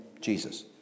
Jesus